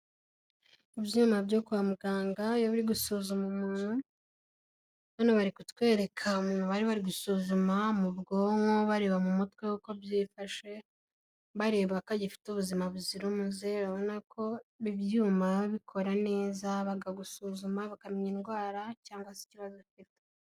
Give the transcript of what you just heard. Ibyuma byo kwa muganga bari gusuzuma umuntu, hano bari kutwereka barire ba gusuzuma mu bwonko bareba mu mutwe uko byifashe, bareba ko agifite ubuzima buzira umuze babona ko ibyuma ba bikora neza bakagusuzuma bakamenya indwara cyangwa se ikibazo bafite.